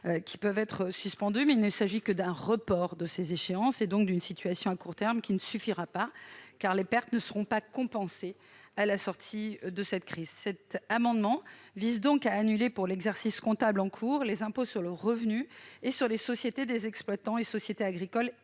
peuvent être suspendus. Néanmoins, il ne s'agit que d'un report de ces échéances, qui ne suffira pas, même à court terme, car les pertes ne seront pas compensées à la sortie de la crise. Cet amendement vise donc à annuler, pour l'exercice comptable en cours, les impôts sur le revenu et sur les sociétés des exploitants et sociétés agricoles et viticoles.